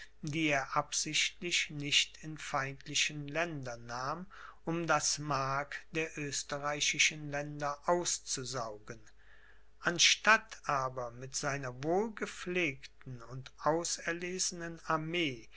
die er absichtlich nicht in feindlichen ländern nahm um das mark der österreichischen länder auszusaugen anstatt aber mit seiner wohlgepflegten und auserlesenen armee